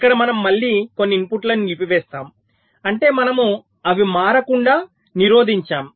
ఇక్కడ మనము మళ్ళీ కొన్ని ఇన్పుట్లను నిలిపివేస్తాము అంటే మనము అవి మారకుండా నిరోధించాము